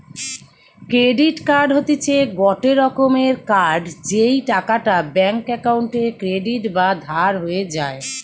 credit card হতিছে গটে রকমের কার্ড যেই টাকাটা ব্যাঙ্ক অক্কোউন্টে ক্রেডিট বা ধার হয়ে যায়